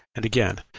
and again,